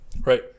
Right